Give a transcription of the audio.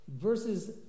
verses